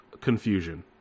confusion